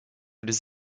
les